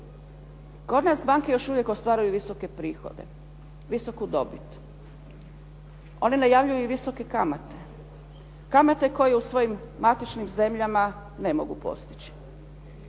Kod nas banke još uvijek ostvaruju visoke prihode, visoku dobit. One najavljuju i visoke kamate, kamate koje u svojim matičnim zemljama ne mogu postići.